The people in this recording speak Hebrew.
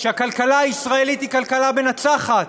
שהכלכלה הישראלית היא כלכלה מנצחת.